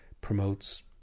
promotes